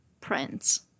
prints